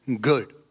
good